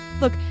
Look